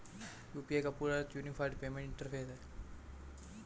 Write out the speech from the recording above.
UPI का पूरा अर्थ यूनिफाइड पेमेंट इंटरफ़ेस है